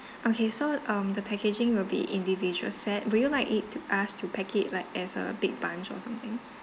okay so um the packaging will be individual set will you like it us to pack it like as a big bunch or something